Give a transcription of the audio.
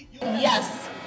Yes